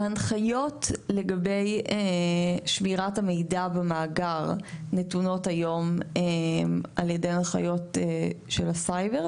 ההנחיות לגבי שמירת המידע במאגר נתונות היום על ידי הנחיות של הסייבר,